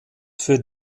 für